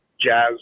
Jazz